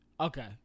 Okay